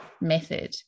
method